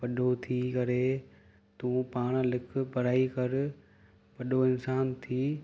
वॾो थी करे तूं पाण लिख पढ़ाई कर वॾो इंसान थी